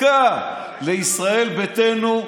לישראל ביתנו,